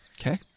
Okay